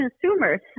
consumers